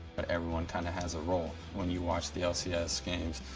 but everyone kind of has a role. when you watch the lcs games,